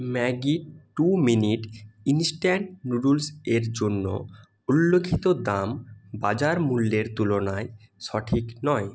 Maggi two minute instant noodles এর জন্য উল্লেখিত দাম বাজার মূল্যের তুলনায় সঠিক নয়